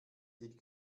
die